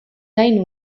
nahi